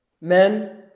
Men